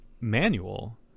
manual